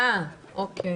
אה, אוקיי.